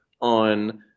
on